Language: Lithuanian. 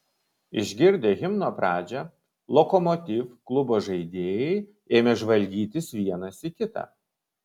išgirdę himno pradžią lokomotiv klubo žaidėjai ėmė žvalgytis vienas į kitą